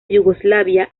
yugoslavia